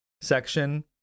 section